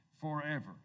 forever